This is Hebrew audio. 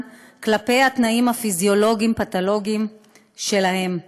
כלפי התנאים הפיזיולוגיים פתולוגיים שלהם,